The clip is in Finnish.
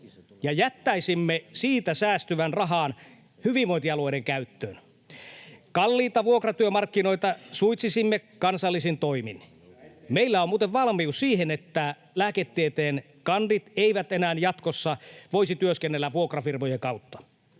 ja jättäisimme siitä säästyvän rahan hyvinvointialueiden käyttöön. Kalliita vuokratyömarkkinoita suitsisimme kansallisin toimin. Meillä on muuten valmius siihen, että lääketieteen kandit eivät enää jatkossa voisi työskennellä vuokrafirmojen kautta.